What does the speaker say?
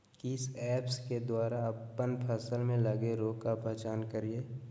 किस ऐप्स के द्वारा अप्पन फसल में लगे रोग का पहचान करिय?